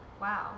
Wow